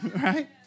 right